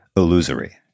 illusory